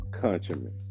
countrymen